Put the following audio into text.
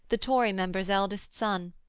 the tory member's elder son,